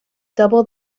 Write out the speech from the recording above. double